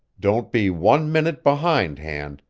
don't be one minute behind hand,